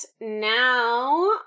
now